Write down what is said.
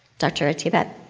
dr. etiebet.